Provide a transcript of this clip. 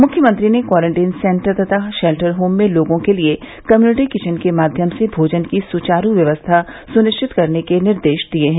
मुख्यमंत्री ने quarantine centre तथा शेल्टर होम में लोगों के लिए कम्युनिटी किचन के माध्यम से भोजन की सुचारू व्यवस्था सुनिश्चित करने के निर्देश दिये हैं